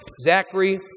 Zachary